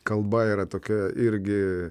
kalba yra tokia irgi